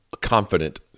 confident